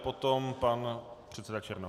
Potom pan předseda Černoch.